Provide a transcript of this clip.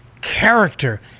character